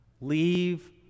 Leave